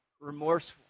remorseful